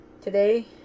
Today